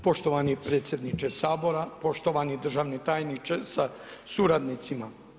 Poštovani predsjedniče Sabora, poštovani državni tajniče sa suradnicima.